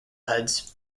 heads